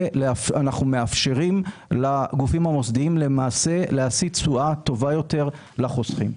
ואנחנו מאפשרים לגופים המוסדיים להשיא תשואה טובה יותר לחוסכים.